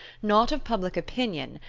not of public opinion,